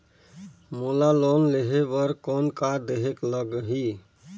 मोला लोन लेहे बर कौन का देहेक लगही?